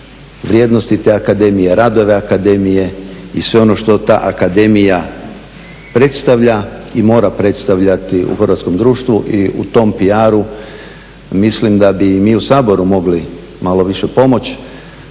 vrijednosti te akademije, radove akademije i sve ta akademija predstavlja i mora predstavljati u hrvatskom društvu. I u tom PR-u mislim da bi i mi u Saboru mogli malo više pomoći,